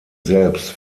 selbst